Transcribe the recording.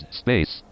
space